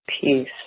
peace